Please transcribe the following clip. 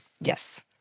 Yes